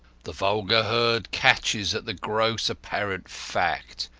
the vulgar herd catches at the gross apparent fact,